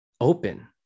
open